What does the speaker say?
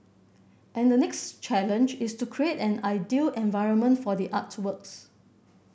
and the next challenge is to create an ideal environment for the artworks